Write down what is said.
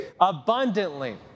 abundantly